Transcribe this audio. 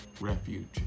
refuge